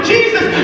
Jesus